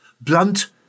Blunt